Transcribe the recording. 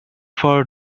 for